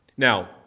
Now